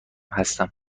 هستم